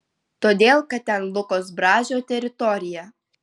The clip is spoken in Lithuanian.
todėl kad ten lukos brazio teritorija